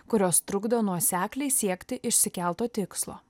kurios trukdo nuosekliai siekti išsikelto tikslo